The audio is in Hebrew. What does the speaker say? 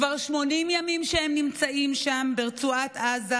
כבר 80 ימים שהם נמצאים שם ברצועת עזה,